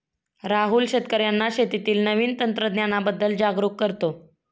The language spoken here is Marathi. राहुल शेतकर्यांना शेतीतील नवीन तंत्रांबद्दल जागरूक करतो